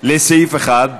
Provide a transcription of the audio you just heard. לסעיף 1,